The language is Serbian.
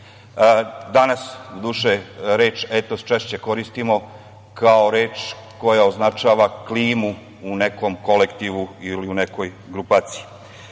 Danas reč „etos“ češće koristimo kao reč koja označava klimu u nekom kolektivu ili u nekoj grupaciji. Sama